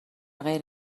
غیر